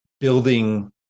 building